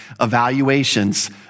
evaluations